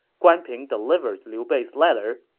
guan ping delivered liu bei's letter,